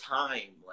time